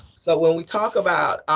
so when we talk about